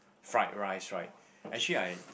fried rice right actually I